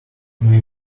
may